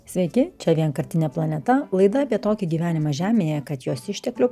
sveiki čia vienkartinė planeta laida apie tokį gyvenimą žemėje kad jos išteklių